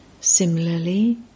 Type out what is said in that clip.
Similarly